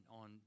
on